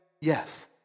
yes